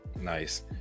nice